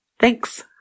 Thanks